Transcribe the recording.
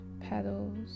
petals